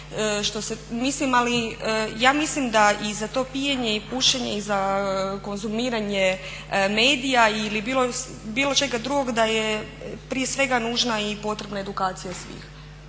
to je točno. Ali ja mislim da i za to pijenje i pušenje i za konzumiranje medija ili bilo čega drugog da je prije svega nužna i potrebna edukacija svih.